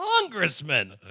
congressman